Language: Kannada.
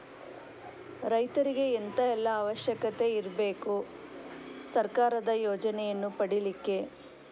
ರೈತರಿಗೆ ಎಂತ ಎಲ್ಲಾ ಅವಶ್ಯಕತೆ ಇರ್ಬೇಕು ಸರ್ಕಾರದ ಯೋಜನೆಯನ್ನು ಪಡೆಲಿಕ್ಕೆ?